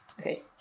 Okay